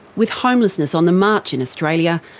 with homelessness on the march in australia,